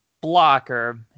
blocker